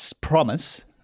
promise